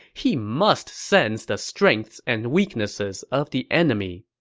he must sense the strengths and weaknesses of the enemy